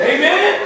Amen